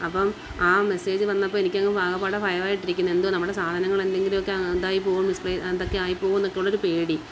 അപ്പം ആ മെസ്സേജ് വന്നപ്പോൾ എനിക്ക് അങ്ങ് ആകെപ്പാടെ ഭയമായിട്ടിരിക്കുന്നു എന്തുവാ നമ്മുടെ സാധനങ്ങൾ എന്തെങ്കിലുമൊക്കെ ഇതായി പോകുമോ മിസ്പ്ലെയിസ് എന്തൊക്കെ ആയി പോകുമോ എന്നൊക്കെയുള്ള ഒരു പേടി